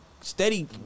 Steady